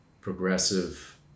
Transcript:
progressive